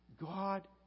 God